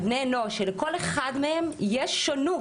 על בני אנוש שלכל אחד מהם יש שונות.